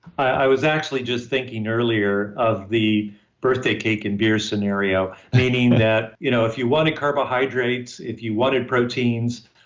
i was actually just thinking earlier of the birthday cake and beer scenario meaning that you know if you wanted carbohydrates, if you wanted proteins,